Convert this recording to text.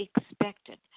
expected